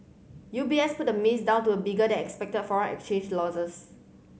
U B S put the miss down to bigger than expected foreign exchange losses